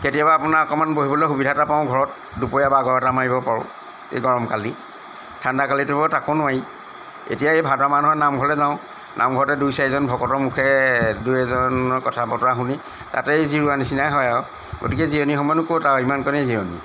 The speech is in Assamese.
কেতিয়াবা আপোনাৰ অকণমান বহিবলৈ সুবিধা এটা পাওঁ ঘৰত দুপৰীয়া বাগৰ এটা মাৰিব পাৰোঁ এই গৰম কালি ঠাণ্ডাকালিতো বাৰু তাকো নোৱাৰি এতিয়া এই ভাদ মাহৰ নামঘৰলে যাওঁ নামঘৰতে দুই চাৰিজন ভকতৰ মুখে দুই এজনৰ কথা বতৰা শুনি তাতেই জিৰোৱা নিচিনাই হয় আৰু গতিকে জিৰণি সমানো ক'ত আৰু ইমান কণেই জিৰণি